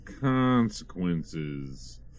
consequences